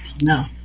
No